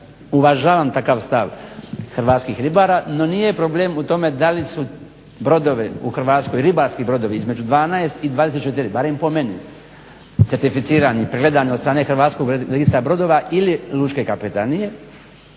uvažavam takav stav hrvatskih ribara no nije problem u tome da li su ribarski brodovi u Hrvatskoj između 12 i 24, barem po meni, certificirani, pregledani od strane Hrvatskog registra brodova ili lučke kapetanije.